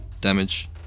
damage